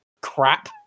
crap